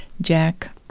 Jack